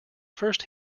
first